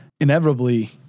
inevitably –